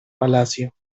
palacio